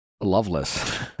loveless